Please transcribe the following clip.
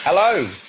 Hello